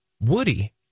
Woody